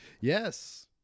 Yes